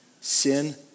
Sin